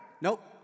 Nope